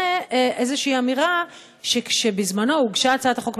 ואיזושהי אמירה שכשבזמנו הוגשה הצעת החוק,